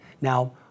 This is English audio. Now